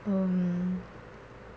um